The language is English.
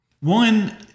one